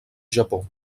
japó